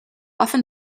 often